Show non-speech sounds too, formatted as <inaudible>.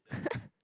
<laughs>